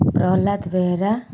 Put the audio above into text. Prahlad Behera